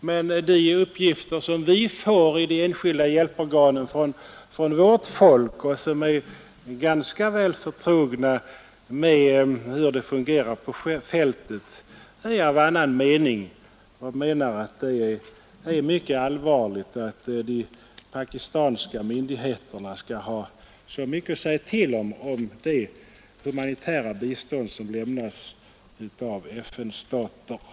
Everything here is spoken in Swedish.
Men den personal som arbetar i våra enskilda hjälporgan och som är ganska väl förtrogen med hur arbetet fungerar på fältet är av annan mening och anser att det är mycket allvarligt att de pakistanska myndigheterna skall ha så mycket att säga till om beträffande det humanitära bistånd som lämnas av FN-staterna.